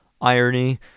irony